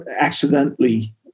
accidentally